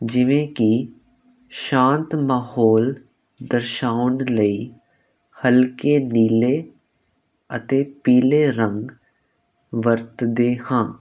ਜਿਵੇਂ ਕਿ ਸ਼ਾਂਤ ਮਾਹੌਲ ਦਰਸਾਉਣ ਲਈ ਹਲਕੇ ਨੀਲੇ ਅਤੇ ਪੀਲੇ ਰੰਗ ਵਰਤਦੇ ਹਾਂ